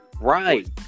Right